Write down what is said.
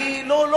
לא.